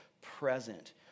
present